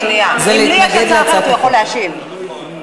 היא להתנגד להצעת החוק.